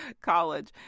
college